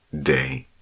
day